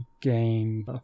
game